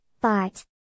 Bart